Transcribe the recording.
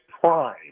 prime